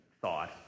thought